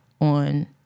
on